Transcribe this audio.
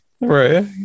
Right